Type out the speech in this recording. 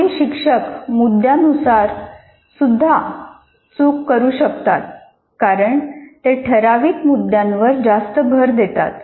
काही शिक्षक मुद्द्यानुसार सुद्धा चूक करू शकतात कारण ते ठराविक मुद्द्यांवर जास्त भर देतात